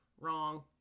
wrong